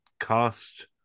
cost